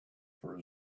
for